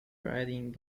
riding